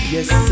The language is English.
Yes